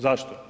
Zašto?